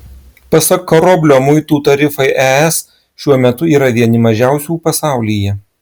pasak karoblio muitų tarifai es šiuo metu yra vieni mažiausių pasaulyje